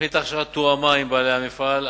תוכנית ההכשרה תואמה עם בעלי המפעל,